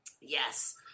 yes